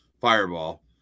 Fireball